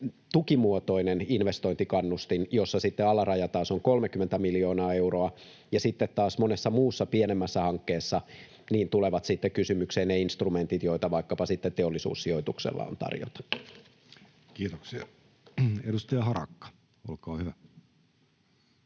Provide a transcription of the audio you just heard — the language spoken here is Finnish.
tukimuotoinen investointikannustin, jossa taas alaraja on 30 miljoonaa euroa. Ja sitten taas monessa muussa pienemmässä hankkeessa tulevat kysymykseen ne instrumentit, joita vaikkapa sitten Teollisuussijoituksella on tarjota. [Speech 293] Speaker: Jussi